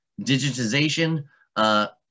digitization